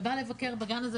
שבא לבקר בגן הזה,